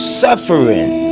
suffering